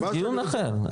זה דיון אחר,